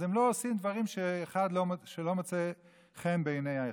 אז הם לא עושים דברים שלא מוצאים חן בעיני האחד.